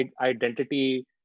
identity